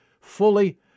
Fully